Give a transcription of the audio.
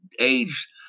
age